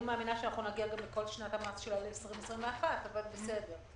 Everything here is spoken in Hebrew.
אני מאמינה שנגיע לכל שנת המס 2021, אבל בסדר,